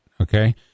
okay